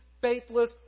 faithless